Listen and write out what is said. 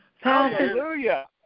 Hallelujah